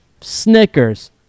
snickers